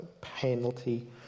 penalty